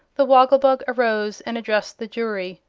the woggle-bug arose and addressed the jury.